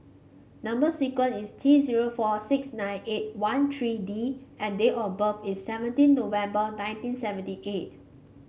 number sequence is T zero four six nine eight one three D and date of birth is seventeen November nineteen seventy eight